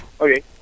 Okay